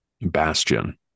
bastion